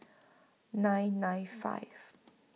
nine nine five